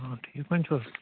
آ ٹھیٖک پٲٹھۍ چھُو حظ